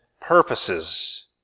purposes